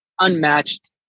unmatched